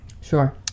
sure